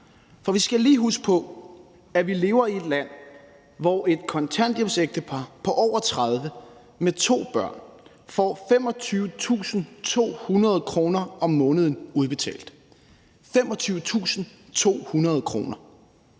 vi skal lige huske på, at vi lever i et land, hvor et kontanthjælpsægtepar på over 30 år med to børn får 25.200 kr. om måneden udbetalt – 25.200 kr.